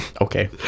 okay